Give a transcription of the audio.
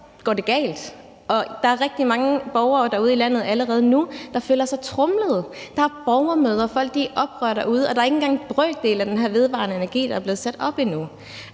går det galt. Der er rigtig mange borgere derude i landet allerede nu, der føler sig tromlet. Der er borgermøder, og folk er i oprør derude, og der er ikke engang en brøkdel af den her vedvarende energi, der er blevet sat op endnu.